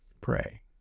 pray